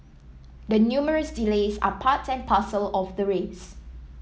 the numerous delays are part and parcel of the race